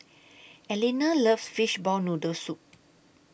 Eleanor loves Fishball Noodle Soup